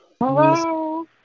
Hello